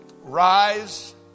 Rise